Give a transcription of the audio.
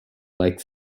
like